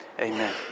amen